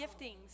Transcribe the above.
giftings